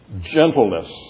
gentleness